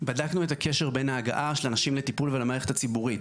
בדקנו את הקשר בין ההגעה של אנשים לטיפול ולמערכת הציבורית.